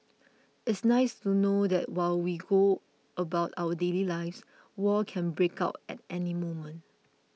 it's nice to know that while we go about our daily lives war can break out at any moment